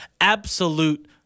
absolute